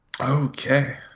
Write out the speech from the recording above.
Okay